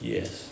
Yes